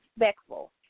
respectful